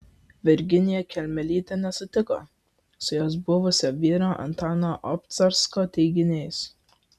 virginija kelmelytė nesutiko su jos buvusio vyro antano obcarsko teiginiais